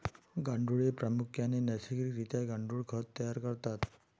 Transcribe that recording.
गांडुळे प्रामुख्याने नैसर्गिक रित्या गांडुळ खत तयार करतात